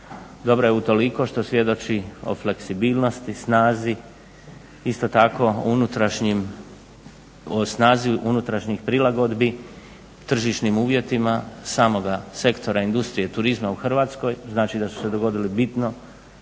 Dobra je utoliko što svjedoči o fleksibilnosti, snazi, isto tako unutrašnjim, o snazi unutrašnjih prilagodbi, tržišnim uvjetima samoga sektora industrije i turizma u Hrvatskoj. Znači da su se dogodili bitno